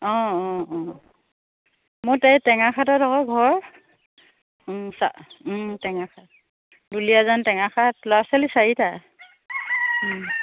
অঁ অঁ অঁ মই তেই টেঙাখাটত আকৌ ঘৰ চা টেঙাখাট দুলিয়াজান টেঙাখাট ল'ৰা ছোৱালী চাৰিটা